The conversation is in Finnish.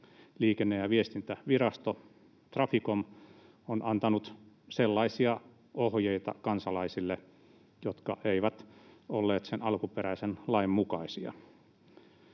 Liikenne- ja viestintävirasto Traficom, on antanut kansalaisille sellaisia ohjeita, jotka eivät olleet alkuperäisen lain mukaisia.